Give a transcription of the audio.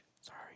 Sorry